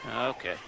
Okay